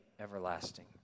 everlasting